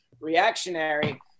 reactionary